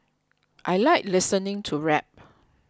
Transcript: I like listening to rap